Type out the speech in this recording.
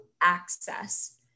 access